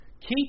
Keep